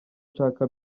nshaka